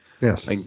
Yes